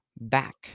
back